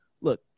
Look